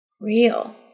real